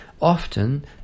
Often